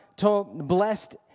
blessed